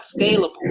scalable